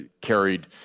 carried